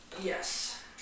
Yes